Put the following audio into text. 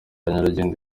nyarugenge